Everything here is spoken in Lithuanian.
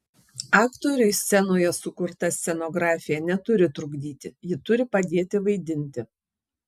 aktoriui scenoje sukurta scenografija neturi trukdyti ji turi padėti vaidinti